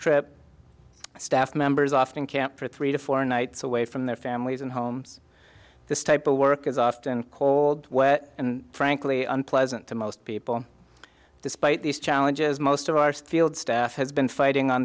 trip staff members often camp for three to four nights away from their families and homes this type of work is often cold wet and frankly unpleasant to most people despite these challenges most of our field staff has been fighting on